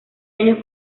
años